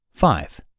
Five